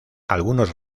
algunos